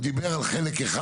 הוא דיבר על חלק אחד.